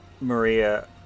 Maria